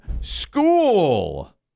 school